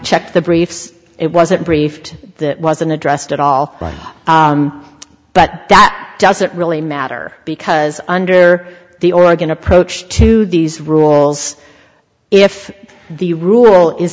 checked the briefs it wasn't briefed that wasn't addressed at all but that doesn't really matter because under the oregon approach to these rules if the rule is